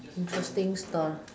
interesting store